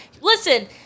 Listen